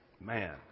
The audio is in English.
man